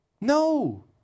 no